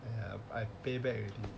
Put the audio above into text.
um I pay back already